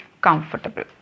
comfortable